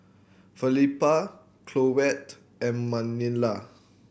Felipa Colette and Manilla